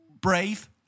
Brave